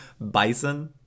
bison